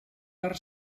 per